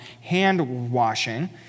hand-washing